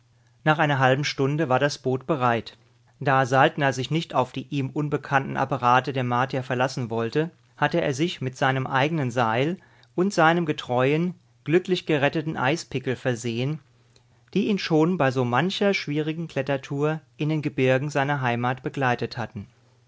nach einer halben stunde war das boot bereit da saltner sich nicht auf die ihm unbekannten apparate der martier verlassen wollte hatte er sich mit seinem eigenen seil und seinem getreuen glücklich geretteten eispickel versehen die ihn schon bei so mancher schwierigen klettertour in den gebirgen seiner heimat begleitet hatten